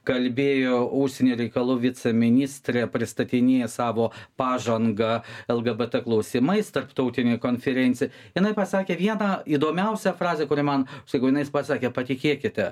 kalbėjo užsienio reikalų viceministrė pristatinėjo savo pažangą lgbt klausimais tarptautinėj konferencijoj jinai pasakė vieną įdomiausią frazę kurią man sakau jinai pasakė patikėkite